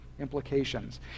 implications